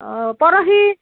অঁ পৰহি